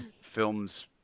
films